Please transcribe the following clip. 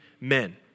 men